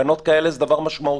תקנות כאלה הן דבר משמעותי.